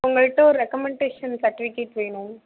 உங்கள்ட்ட ஒரு recommendation certificate வேணும்